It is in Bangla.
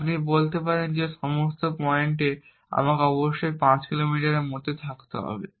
আপনি বলতে পারেন যে সমস্ত পয়েন্টে আমাকে অবশ্যই 5 কিলোমিটারের মধ্যে থাকতে হবে